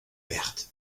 wert